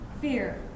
fear